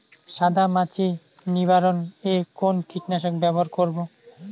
সাদা মাছি নিবারণ এ কোন কীটনাশক ব্যবহার করব?